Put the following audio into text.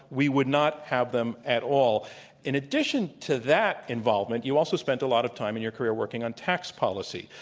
we would not have them at all. and in addition to that involvement, you also spent a lot of time in your career working on tax policy.